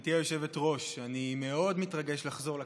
גברתי היושבת-ראש, אני מאוד מתרגש לחזור לכנסת.